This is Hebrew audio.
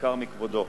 ניכר מכבודו.